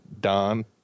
Don